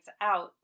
out